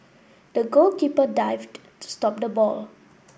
the goalkeeper dived to stop the ball